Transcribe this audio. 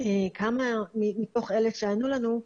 כמה מתוך אלה שענו לנו,